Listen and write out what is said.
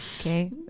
okay